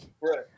Right